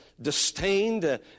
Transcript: disdained